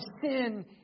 sin